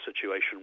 situation